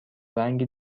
رنگ